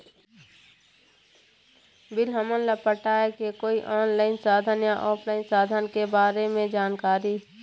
Bill हमन ला पटाए के कोई ऑनलाइन साधन या ऑफलाइन साधन के बारे मे जानकारी?